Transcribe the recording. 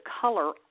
color